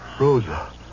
Rosa